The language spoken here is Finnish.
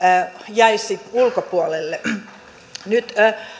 jäisi ulkopuolelle nyt